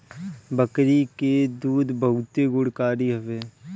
बकरी के दूध बहुते गुणकारी हवे